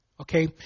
Okay